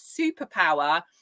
superpower